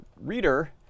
reader